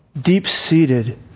deep-seated